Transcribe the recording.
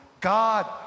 God